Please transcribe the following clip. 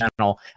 channel